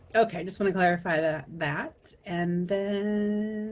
okay, i just wanna clarify that that and then,